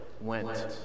went